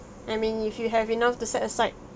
I mean if you have enough to set aside